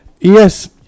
Yes